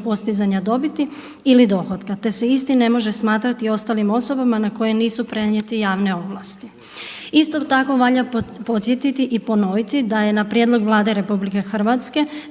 postizanja dobiti ili dohotka, te se isti ne može smatrati ostalim osobama na koje nisu prenijete javne ovlasti. Isto tako valja podsjetiti i ponoviti da je na prijedlog Vlade RH